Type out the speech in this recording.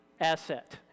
asset